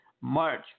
march